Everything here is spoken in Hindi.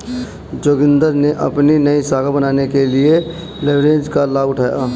जोगिंदर ने अपनी नई शाखा बनाने के लिए लिवरेज का लाभ उठाया